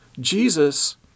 Jesus